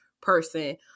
person